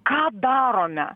ką darome